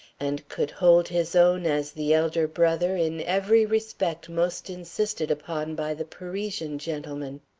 and could hold his own as the elder brother in every respect most insisted upon by the parisian gentleman.